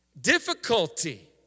difficulty